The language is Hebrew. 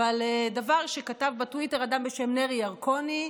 אבל דבר שכתב בטוויטר אדם בשם נרי ירקוני,